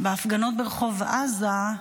בהפגנות ברחוב עזה,